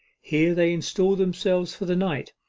here they installed themselves for the night,